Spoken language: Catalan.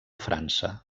frança